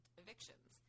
evictions